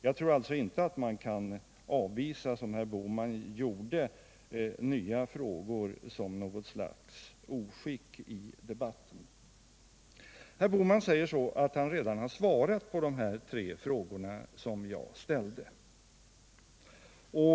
Jag tror alltså inte att man, som herr Bohman gjorde, kan avvisa nya frågor som något slags oskick i debatten. Herr Bohman säger att han redan har svarat på de tre frågor jag har ställt.